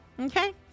Okay